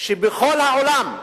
שבכל העולם,